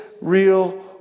real